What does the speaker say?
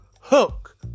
Hook